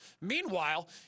meanwhile